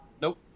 Nope